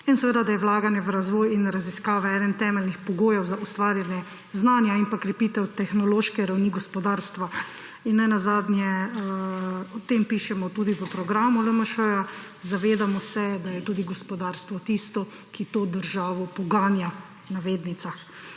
in seveda, da je vlaganje v razvoj in raziskave eden temeljnih pogojev za ustvarjanje znanja in krepitev tehnološke ravni gospodarstva. Nenazadnje o tem pišemo tudi v programu LMŠ-ja, zavedamo se, da je tudi gospodarstvo tisto, ki to državo poganja – v navednicah.